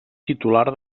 titular